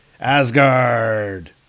Asgard